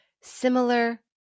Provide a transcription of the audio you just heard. similar